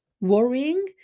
worrying